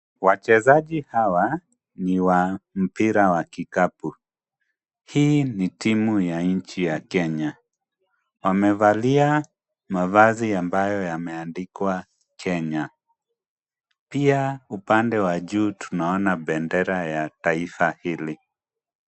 Wachezaji hawa ni wa mpira wa kikapu. Hii ni timu ya nchi ya Kenya. Wamevalia mavazi ambayo yameandikwa Kenya. Pia upande wa juu tunaona bendera ya taifa hili.